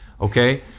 Okay